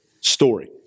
story